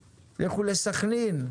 לסכנין,